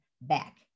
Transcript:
back